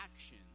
action